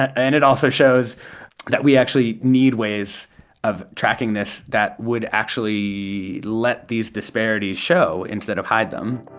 and it also shows that we actually need ways of tracking this that would actually let these disparities show instead of hide them